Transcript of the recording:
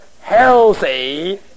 healthy